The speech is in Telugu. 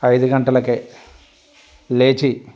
ఐదు గంటలకే లేచి